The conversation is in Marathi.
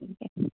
ठीक आहे